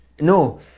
no